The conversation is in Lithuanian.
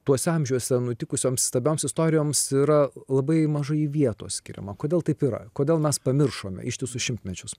tuose amžiuose nutikusioms įstabioms istorijoms yra labai mažai vietos skiriama kodėl taip yra kodėl mes pamiršome ištisus šimtmečius